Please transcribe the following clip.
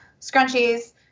scrunchies